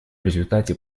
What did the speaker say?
результате